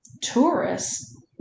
Tourists